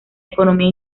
economía